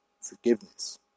forgiveness